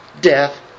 death